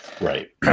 Right